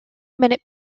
minute